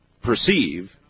perceive